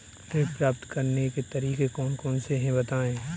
ऋण प्राप्त करने के तरीके कौन कौन से हैं बताएँ?